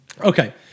Okay